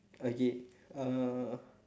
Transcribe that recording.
okay uh